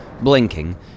blinking